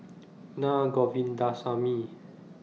Na Govindasamy